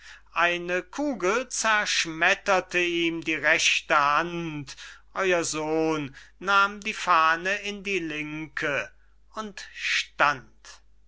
eine kugel zerschmetterte ihm die rechte hand euer sohn nahm die fahne in die linke und stand